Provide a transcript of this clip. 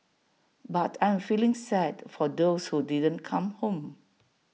but I am feeling sad for those who didn't come home